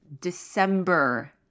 December